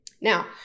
now